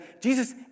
Jesus